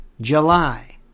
July